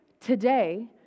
today